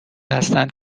هستند